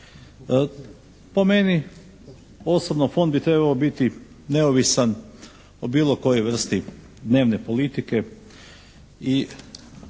Po meni osobno Fond bi trebao biti neovisan o bilo kojoj vrsti dnevne politike